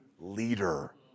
leader